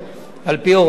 על-פי הוראותיו,